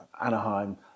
Anaheim